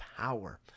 power